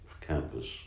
campus